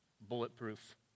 bulletproof